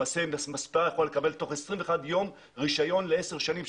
למעשה מספרה יכולה לקבל תוך 21 ימים רישיון לעשר שנים,